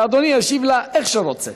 ואדוני ישיב לה איך שהוא רוצה.